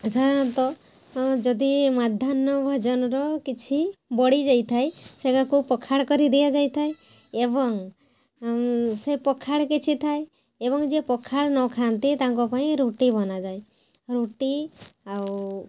ସାଧାରଣତଃ ଯଦି ମାଧ୍ୟାନ୍ନ ଭୋଜନର କିଛି ବଳି ଯାଇଥାଏ ସେରାକୁ ପଖାଳ କରି ଦିଆଯାଇଥାଏ ଏବଂ ସେ ପଖାଳ କିଛି ଥାଏ ଏବଂ ଯିଏ ପଖାଳ ନଖାଆନ୍ତି ତାଙ୍କ ପାଇଁ ରୁଟି ବନାଯାଏ ରୁଟି ଆଉ